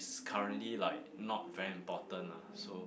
currently like not very important lah so